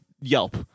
Yelp